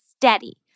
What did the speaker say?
steady